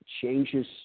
changes